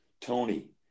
Tony